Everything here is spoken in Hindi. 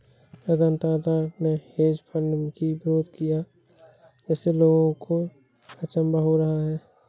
रतन टाटा ने हेज फंड की विरोध किया जिससे लोगों को अचंभा हो रहा है